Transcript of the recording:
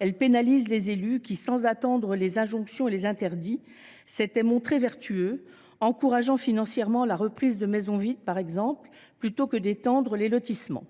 elle pénalise les élus qui, sans attendre les injonctions et les interdits, s’étaient montrés vertueux en encourageant financièrement la reprise de maisons vides, par exemple, au lieu d’étendre les lotissements.